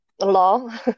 law